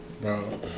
bro